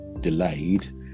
delayed